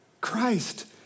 Christ